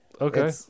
Okay